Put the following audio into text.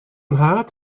nhad